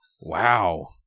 Wow